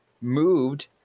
moved